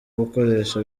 gukoresha